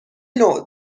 نوع